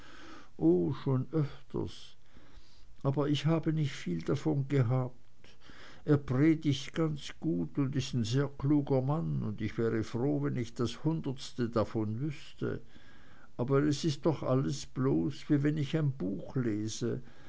o schon öfters aber ich habe nicht viel davon gehabt er predigt ganz gut und ist ein sehr kluger mann und ich wäre froh wenn ich das hundertste davon wüßte aber es ist doch alles bloß wie wenn ich ein buch lese